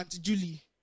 Julie